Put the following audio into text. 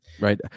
right